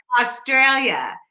Australia